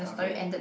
okay